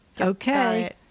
Okay